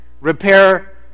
repair